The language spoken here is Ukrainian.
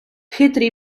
хитрі